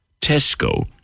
Tesco